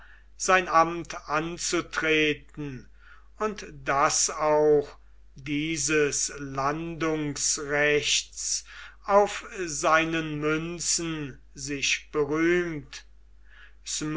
sein amt anzutreten und das auch dieses landungsrechts auf seinen münzen sich berühmt